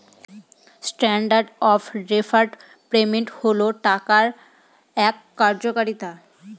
standard of deferred payment হল টাকার এক কার্যকারিতা